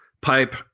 Pipe